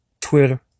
Twitter